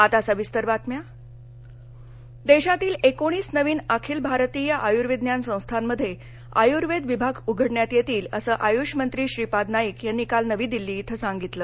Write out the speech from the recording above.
आयुर्वेद देशातील एकोणीस नवीन अखिल भारतीय आयूर्विज्ञान संस्थांमध्ये आयूर्वेद विभाग उघडण्यात येतील असं आयूष मंत्री श्रीपाद नाईक यांनी काल नवी दिल्ली इथं सांगितलं